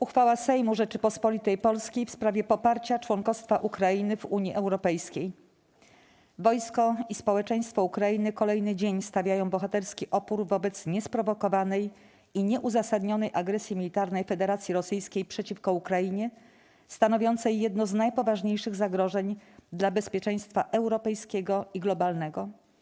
Uchwała Sejmu Rzeczypospolitej Polskiej w sprawie poparcia członkostwa Ukrainy w Unii Europejskiej Wojsko i społeczeństwo Ukrainy kolejny dzień stawiają bohaterski opór wobec niesprowokowanej i nieuzasadnionej agresji militarnej Federacji Rosyjskiej przeciwko Ukrainie stanowiącej jedno z najpoważniejszych zagrożeń dla bezpieczeństwa europejskiego i globalnego.